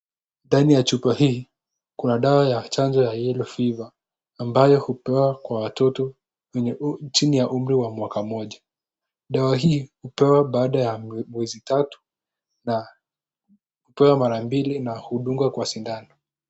Ndani ya chupa hii kuna dawa ya chanjo ya yellow fever ambayo hupewa kwa watoto wenye chini ya umri wa mwaka moja. Dawa hii hupewa baada ya miezi tatu na hupewa mara mbili na hudungwa kwa sindano.